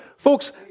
Folks